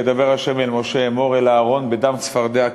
"וידבר ה' אל משה אמֹר אל אהרֹן"' בדם צפרדע כינים,